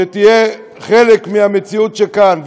שתהיה חלק מהמציאות שכאן.